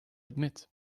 admit